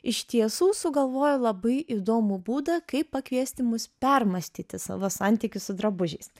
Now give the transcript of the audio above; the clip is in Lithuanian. iš tiesų sugalvojo labai įdomų būdą kaip pakviesti mus permąstyti savo santykius su drabužiais